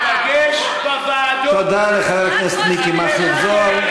ניפגש בוועדות, תודה לחבר הכנסת מכלוף מיקי זוהר.